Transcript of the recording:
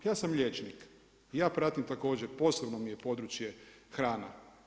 Ja sam liječnik i ja pratim također, posebno mi je područje hrana.